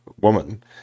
woman